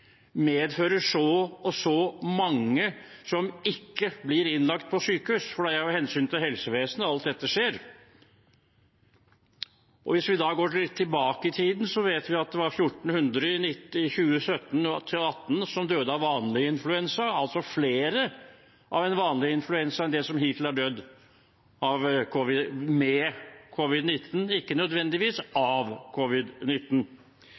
medfører så og så mange som ikke blir innlagt på sykehus, for det er jo av hensyn til helsevesenet alt dette skjer. Hvis vi går litt tilbake i tid, vet vi at det var 1 400 som døde av vanlig influensa i 2017–2018. Det var altså flere som døde av en vanlig influensa enn som hittil har dødd med covid-19, ikke nødvendigvis av covid-19. Det blir spennende å se disse juridiske vurderingene av forholdsmessighet. Jeg er ikke